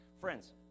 Friends